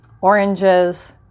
oranges